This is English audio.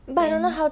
then